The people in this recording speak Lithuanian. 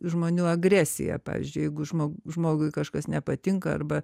žmonių agresija pavyzdžiui jeigu žmog žmogui kažkas nepatinka arba